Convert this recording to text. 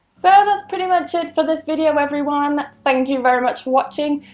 so that's pretty much it for this video, everyone. thank you very much for watching.